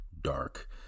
dark